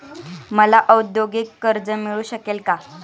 मला औद्योगिक कर्ज मिळू शकेल का?